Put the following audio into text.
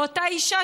ואותה אישה,